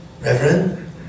Reverend